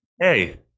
hey